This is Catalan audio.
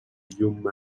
llum